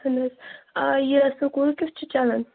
اَہَن حظ آ یہِ سکوٗل کیُتھ چھُ چَلان